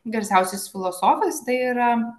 garsiausiais filosofais tai yra